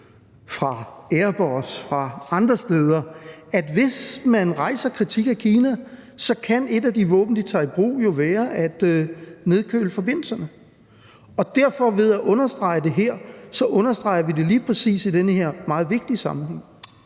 fra Airbus og fra andre steder, at hvis man rejser kritik af Kina, kan et af de våben, de tager i brug, være at nedkøle forbindelserne, og ved at understrege det her understreger vi det lige præcis i den her meget vigtige sammenhæng.